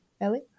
ellie